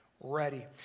ready